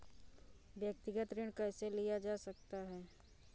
व्यक्तिगत ऋण कैसे लिया जा सकता है?